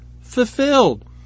fulfilled